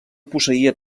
posseïa